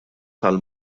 tal